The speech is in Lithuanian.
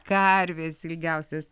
karvės ilgiausias